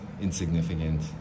insignificant